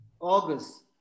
August